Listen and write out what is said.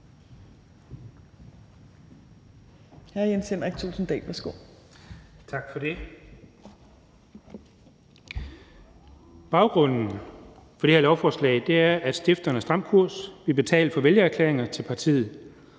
(Ordfører) Jens Henrik Thulesen Dahl (DF): Tak for det. Baggrunden for det her lovforslag er, at stifteren af Stram Kurs vil betale for vælgererklæringer til partiet.